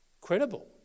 Credible